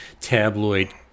tabloid